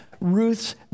Ruth's